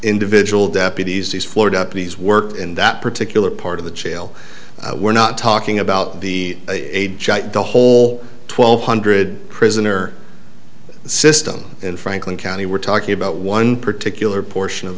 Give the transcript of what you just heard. individual deputies these florida please work in that particular part of the channel we're not talking about the the whole twelve hundred prisoner system in franklin county we're talking about one particular portion of